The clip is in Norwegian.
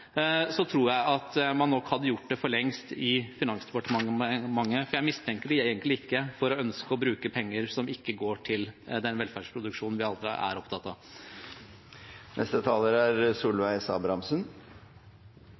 tror jeg nok man hadde gjort det for lengst i Finansdepartementet. For jeg mistenker dem egentlig ikke for å ønske å bruke penger som ikke går til den velferdsproduksjonen vi alle er opptatt av.